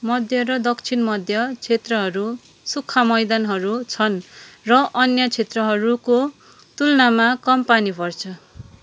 मध्य र दक्षिण मध्य क्षेत्रहरू सुक्खा मैदानहरू छन् र अन्य क्षेत्रहरूको तुल्नामा कम पानी पर्छ